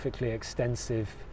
extensive